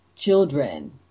children